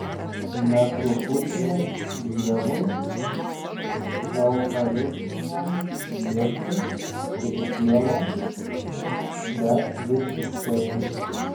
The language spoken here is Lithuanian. ne truputį dievui eucharistiniam jėzui ir sieloms bet visiškai